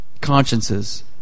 consciences